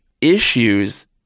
issues